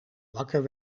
wakker